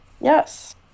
Yes